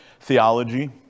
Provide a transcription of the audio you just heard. theology